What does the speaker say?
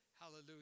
Hallelujah